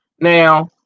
Now